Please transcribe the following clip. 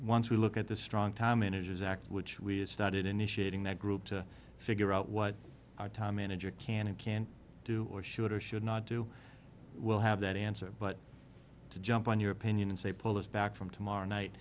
once we look at the strong timing issues act which we have started initiating that group to figure out what our time manager can and can't do or should or should not do we'll have that answer but to jump on your opinion and say pull us back from tomorrow night